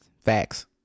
Facts